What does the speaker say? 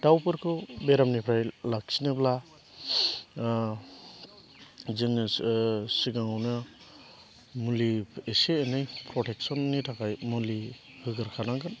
दाउफोरखौ बेरामनिफ्राय लाखिनोब्ला जोङो सिगाङावनो मुलि इसे एनै प्रटेक्स'ननि थाखाय मुलि होग्रोखानांगोन